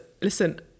listen